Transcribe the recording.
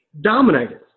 Dominated